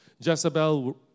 Jezebel